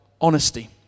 honesty